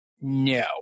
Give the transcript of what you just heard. No